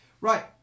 Right